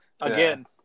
Again